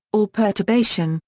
or perturbation,